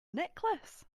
necklace